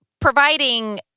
providing